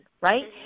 right